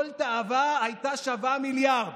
כל תאווה הייתה שווה מיליארד,